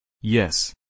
Yes